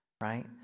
right